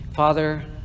Father